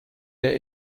der